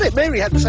like mary had